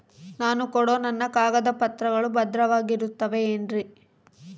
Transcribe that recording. ನಾನು ಕೊಡೋ ನನ್ನ ಕಾಗದ ಪತ್ರಗಳು ಭದ್ರವಾಗಿರುತ್ತವೆ ಏನ್ರಿ?